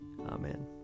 Amen